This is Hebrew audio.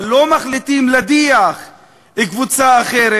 אבל לא מחליטים להדיח קבוצה אחרת.